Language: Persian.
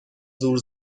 زور